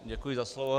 Děkuji za slovo.